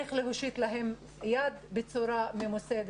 צריך להושיט להם יד בצורה ממוסדת.